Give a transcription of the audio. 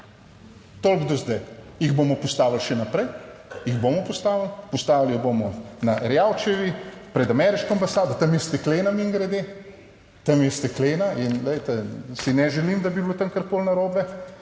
Toliko do zdaj jih bomo postavili. Še naprej jih bomo postavili. Postavili bomo na Erjavčevi pred ameriško ambasado, tam je steklena, mimogrede tam je steklena in glejte, si ne želim, da bi bilo tam karkoli narobe.